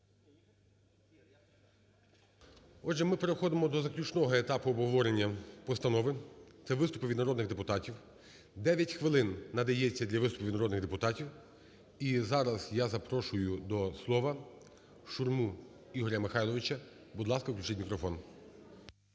Отже, ми переходимо до заключного етапу обговорення постанови – це виступи від народних депутатів. Дев'ять хвилин надається для виступів від народних депутатів, і зараз я запрошую до слова Шурму Ігоря Михайловича. Будь ласка, включіть мікрофон.